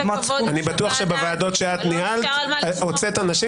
אני בטוח שבוועדות שאת ניהלת הוצאת אנשים